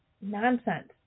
nonsense